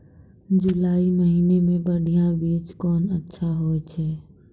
जुलाई महीने मे बढ़िया बीज कौन अच्छा होय छै?